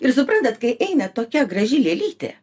ir suprantat kai eina tokia graži lėlytė